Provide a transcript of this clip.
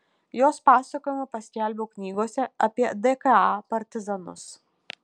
jos pasakojimą paskelbiau knygose apie dka partizanus